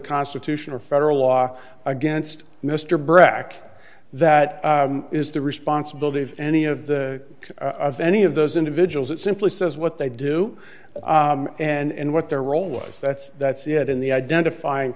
constitution or federal law against mr brack that is the responsibility of any of the of any of those individuals it simply says what they do and what their role was that's that's it in the identifying